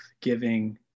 giving